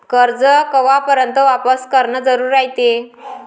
कर्ज कवापर्यंत वापिस करन जरुरी रायते?